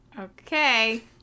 Okay